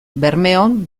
bermeon